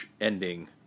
ending